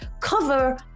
cover